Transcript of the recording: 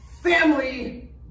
family